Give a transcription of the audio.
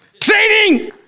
Training